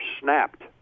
snapped